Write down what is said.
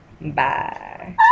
Bye